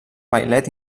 vailet